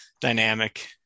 dynamic